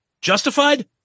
Justified